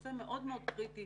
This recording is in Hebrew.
נושא מאוד מאוד קריטי